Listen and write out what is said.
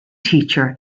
teacher